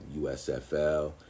USFL